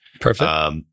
Perfect